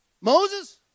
Moses